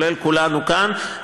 כולל כולנו כאן,